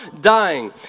dying